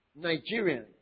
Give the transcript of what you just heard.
Nigerians